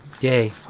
Yay